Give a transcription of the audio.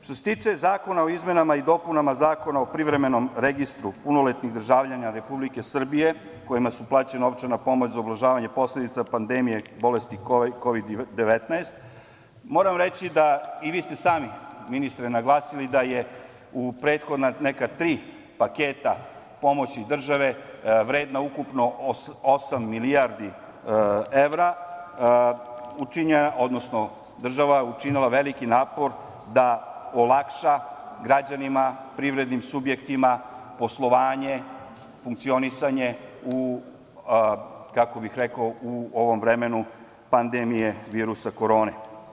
Što se tiče Zakona o izmenama i dopunama Zakona o privremenom registru punoletnih državljana Republike Srbije kojima je plaćena novčana pomoć za ublažavanje posledica pandemije bolesti Kovid 19, moram reći, a i vi ste sami, ministre, naglasili da je u prethodna tri paketa pomoći države vredna ukupno osam milijardi evra, odnosno država je učinila veliki napor da olakša građanima, privrednim subjektima poslovanje, funkcionisanje u ovom vremenu pandemije virusa korone.